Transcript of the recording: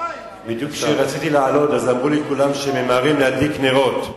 בדיוק כשרציתי לעלות אמרו לי כולם שממהרים להדליק נרות.